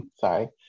Sorry